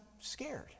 scared